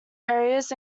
areas